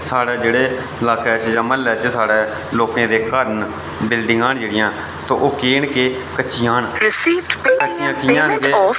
साढ़े जेह्ड़े लाके च जां म्हल्लै च साढ़े लोकें दे घर न बिल्डिंगां न जेह्ड़ियां ते ओह् केह् न कि कच्चियां न कच्चियां कि'यां न कि